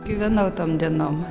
gyvenau tom dienom